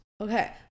Okay